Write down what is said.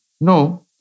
No